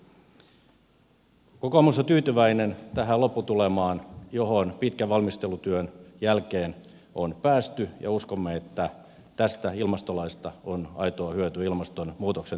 kokoomus on tyytyväinen tähän lopputulemaan johon pitkän valmistelutyön jälkeen on päästy ja uskomme että tästä ilmastolaista on aitoa hyötyä ilmastonmuutoksen torjumiseksi